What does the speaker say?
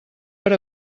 per